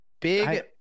Big